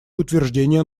утверждения